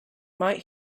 might